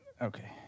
Okay